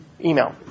email